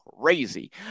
crazy